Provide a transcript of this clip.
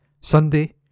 Sunday